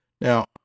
now